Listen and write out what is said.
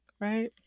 right